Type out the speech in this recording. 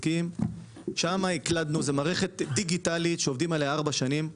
זו מערכת דיגיטלית שעובדים עליה ארבע שנים.